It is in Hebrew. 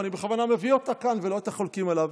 ואני בכוונה מביא אותה כאן ולא את החולקים עליו.